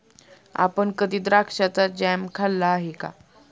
आपण कधी द्राक्षाचा जॅम खाल्ला आहे का?